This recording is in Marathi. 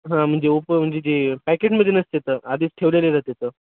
हां म्हणजे ओपं म्हणजे जे पॅकेटमध्ये नसते तर आधीच ठेवलेलं तेतं